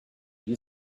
you